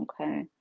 Okay